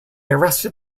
arrested